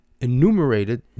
enumerated